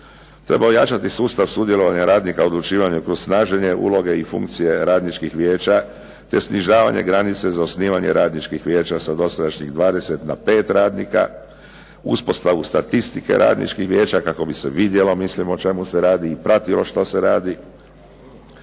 Treba ojačati sustav sudjelovanja radnika u odlučivanju kroz snaženje uloge i funkcije radničkih vijeća, te snižavanje granice za osnivanje radničkih vijeća sa dosadašnjih 20 na 5 radnika, uspostavu statistike radničkih vijeća kako bi se vidjelo o čemu se radi i pratilo što se radi.